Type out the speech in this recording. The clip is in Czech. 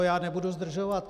Já nebudu zdržovat.